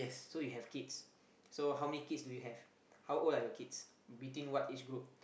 so you have kids so how many kids do you have how old are your kids between what age group